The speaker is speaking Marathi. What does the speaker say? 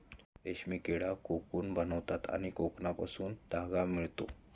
रेशीम किडा कोकून बनवतात आणि कोकूनपासून धागा मिळतो